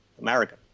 America